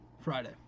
Friday